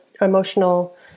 emotional